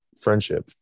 friendship